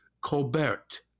Colbert